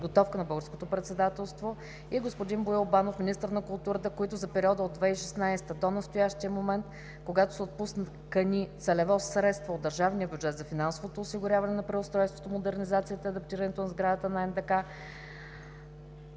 подготовка на Българското председателство и господин Боил Банов – министър на културата, които за периода от 2016 г. до настоящия момент, когато са отпускани целево средства от държавния бюджет за финансовото осигуряване на преустройството, модернизацията и адаптирането на сградата на